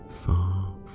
far